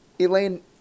Elaine